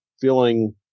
feeling